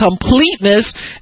completeness